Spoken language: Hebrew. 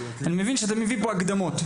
מבין שאתה מביא פה הקדמות,